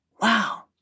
wow